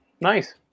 Nice